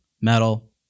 Metal